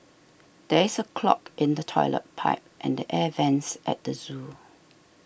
there is a clog in the Toilet Pipe and the Air Vents at the zoo